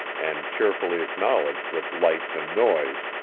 and cheerfully acknowledged with lights and noise,